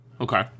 Okay